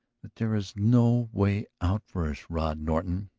that there is no way out for us, rod norton.